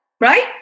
right